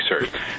research